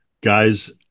Guys